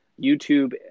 YouTube